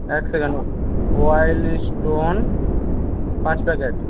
এক second Wild Stone পাঁচ packet